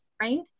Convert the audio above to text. right